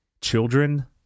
children